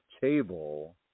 table